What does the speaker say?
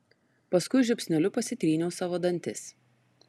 paskui žiupsneliu pasitryniau savo dantis